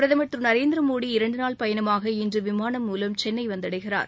பிரதமர் திரு நரேந்திர மோடி இரண்டு நாள் பயணமாக இன்று விமானம் மூலம் சென்னை வந்தடைகிறார்